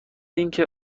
اینکه